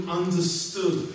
understood